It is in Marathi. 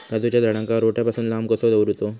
काजूच्या झाडांका रोट्या पासून लांब कसो दवरूचो?